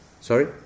Sorry